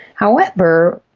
however,